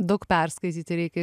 daug perskaityti reikia